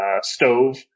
stove